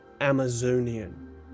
Amazonian